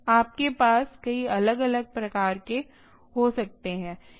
आपके पास कई अलग अलग प्रकार के हो सकते हैं